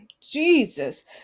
Jesus